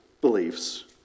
beliefs